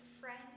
friend